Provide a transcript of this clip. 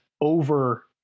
over